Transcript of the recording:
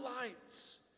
lights